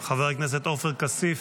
חבר הכנסת עופר כסיף,